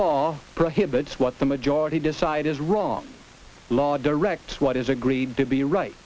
law prohibits what the majority decide is wrong law directs what is agreed to be right